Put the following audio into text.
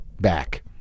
back